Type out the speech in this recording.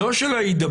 לא של ההידבקות,